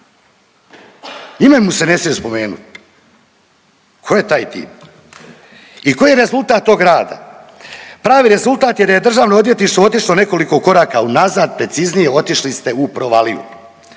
Ime mu se ne smije spomenut. Tko je taj tip? I koji je rezultat tog rada? Pravi rezultat je da je državno odvjetništvo otišlo nekoliko koraka unazad, preciznije otišli ste u provaliju.